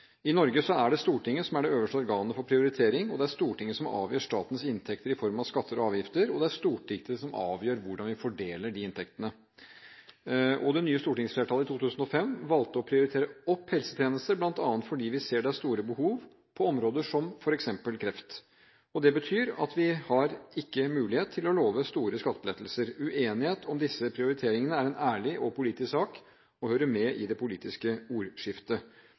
I Norge er det Stortinget som er det øverste organet for prioritering. Det er Stortinget som avgjør statens inntekter i form av skatter og avgifter, og det er Stortinget som avgjør hvordan vi skal fordele de inntektene. Det nye stortingsflertallet etter 2005 valgte å prioritere opp helsetjenestene, bl.a. fordi vi ser det er store behov på områder som f.eks. kreft. Det betyr at vi ikke har mulighet til å love store skattelettelser. Uenighet om disse prioriteringene er en ærlig og politisk sak, og det hører med i det politiske ordskiftet.